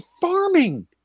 farming